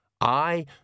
I